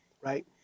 right